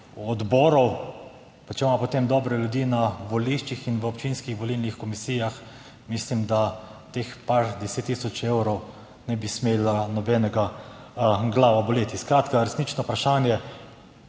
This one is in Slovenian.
odborov, pa če imamo potem dobre ljudi na voliščih in v občinskih volilnih komisijah, mislim, da zaradi teh nekaj 10 tisoč evrov ne bi smela nikogar glava boleti. Skratka, resnično vprašanje.